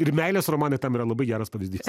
ir meilės romanai tam yra labai geras pavyzdys